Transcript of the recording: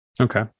Okay